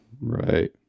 Right